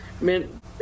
mint